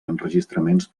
enregistraments